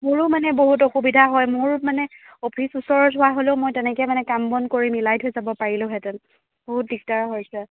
মোৰো মানে বহুত অসুবিধা হয় মোৰ মানে অফিচ ওচৰত হোৱা হ'লেও মই তেনেকৈ মানে কাম বন কৰি মিলাই থৈ যাব পাৰিলোহেতেঁন বহুত দিগদাৰ হৈছে